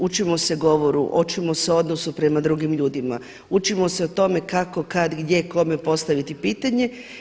Učimo se govoru, učimo se odnosu prema drugim ljudima, učimo se o tome kako, kad, gdje, kome postaviti pitanje.